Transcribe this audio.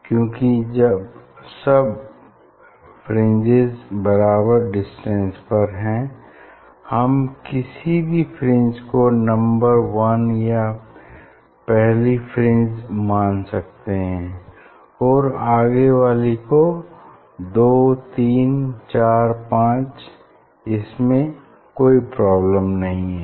क्यूंकि सब फ्रिंजेस बराबर डिस्टेंस पर हैं हम किसी भी फ्रिंज को नम्बर वन या पहली फ्रिंज मान सकते हैं और आगे वाली को 2 3 4 5 इसमें कोई प्रॉब्लम नहीं है